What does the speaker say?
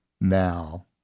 now